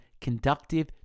conductive